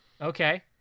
Okay